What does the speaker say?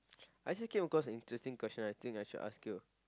I just came across an interesting question I think I should ask you